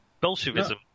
Bolshevism